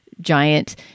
giant